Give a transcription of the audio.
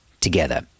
together